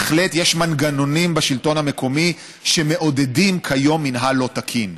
בהחלט יש מנגנונים בשלטון המקומי שמעודדים כיום מינהל לא תקין.